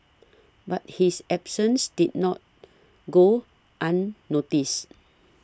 but his absences did not go unnoticed